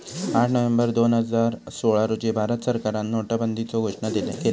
आठ नोव्हेंबर दोन हजार सोळा रोजी भारत सरकारान नोटाबंदीचो घोषणा केल्यान